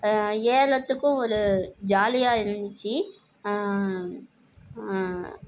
ஏறத்துக்கும் ஒரு ஜாலியாக இருந்துச்சி